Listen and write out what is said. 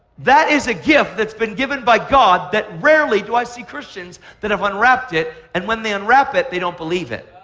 that is a gift that's been given by god that rarely do i see christians that have unwrapped it, and when they unwrap it, they don't believe it.